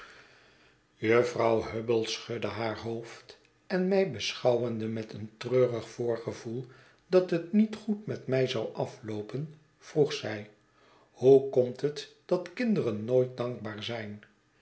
jufvrouw hubble schudde haar hoofd en mij beschouwende met een treurig voorgevoel dat het niet goed met mij zou afloopen vroeg zij hoe komt het dat kinderen nooit dankbaar zijn